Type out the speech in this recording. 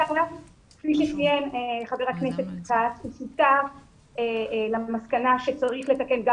כפי שצין חבר הכנסת כץ הוא הגיע למסקנה שצריך לתקן גם